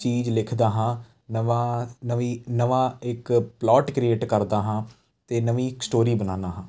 ਚੀਜ਼ ਲਿਖਦਾ ਹਾਂ ਨਵਾਂ ਨਵੀਂ ਨਵਾਂ ਇੱਕ ਪਲੋਟ ਕ੍ਰੀਏਟ ਕਰਦਾ ਹਾਂ ਅਤੇ ਨਵੀਂ ਇੱਕ ਸਟੋਰੀ ਬਣਾਉਂਦਾ ਹਾਂ